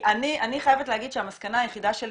אני חייבת להגיד שהמסקנה היחידה שלי